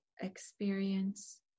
experience